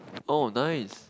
oh nice